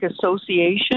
Association